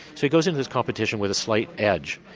so he goes into this competition with a slight edge.